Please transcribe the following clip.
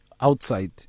outside